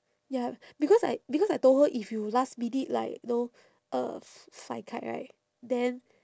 ya because I because I told her if you last minute like you know uh f~ fly kite right then